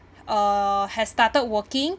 uh has started working